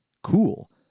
cool